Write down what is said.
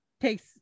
takes